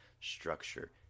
structure